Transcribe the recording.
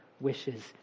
wishes